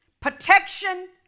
protection